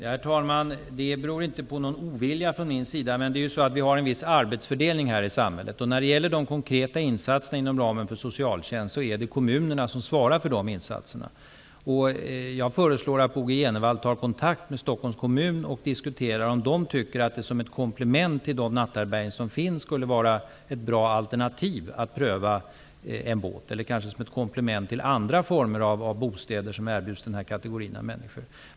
Herr talman! Det är inte fråga om någon ovilja från min sida, utan det är ju så att vi har en viss arbetsfördelning här i samhället, och det är kommunerna som svarar för de konkreta insatserna inom ramen för socialtjänsten. Jag föreslår att Bo G Jenevall tar kontakt med Stockholms kommun och diskuterar med dem om det som ett komplement till de natthärbärgen som finns skulle kunna vara ett bra alternativ att pröva en båt, eller om det kanske skulle kunna vara ett komplement till andra former av bostäder som erbjuds den här kategorin av människor.